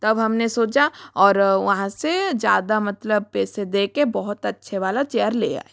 तब हमने सोचा और वहाँ से ज़्यादा मतलब पैसे दे के बहुत अच्छे वाला चेयर ले आए